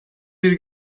bir